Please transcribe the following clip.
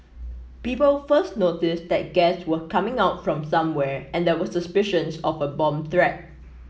people first noticed that gas was coming out from somewhere and there were suspicions of a bomb threat